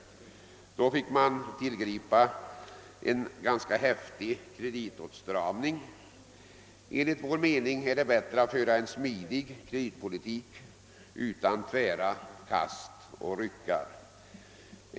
Då fick man tillgripa en ganska häftig kreditåtstramning. Enligt vår mening är det bättre att föra en smidig kreditpolitik utan tvära kast och ryck.